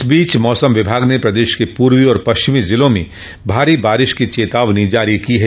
इस बीच मौसम विभाग ने प्रदेश के पूर्वी और पश्चिमी जिलों में भारी बारिश की चेतावनी जारी की है